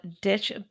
Ditch